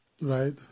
Right